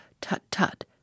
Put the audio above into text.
tut-tut